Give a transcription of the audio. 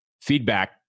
feedback